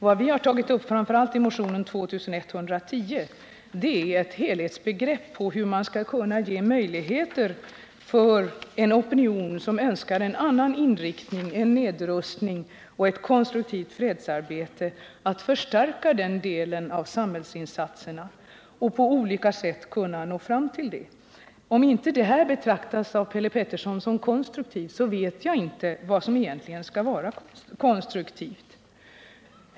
Vad vi har tagit upp, framför allt i motionen 2110, är en helhetssyn på hur man skall kunna ge möjligheter åt en opinion, som önskar en annan inriktning, en nedrustning och ett konstruktivt fredsarbete samt en förstärkning av den delen av samhällsinsatserna, att på olika sätt nå fram till detta mål. Om inte detta betraktas såsom konstruktivt av Per Petersson ,vet jag inte vad som egentligen skall vara konstruktivt.